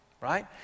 Right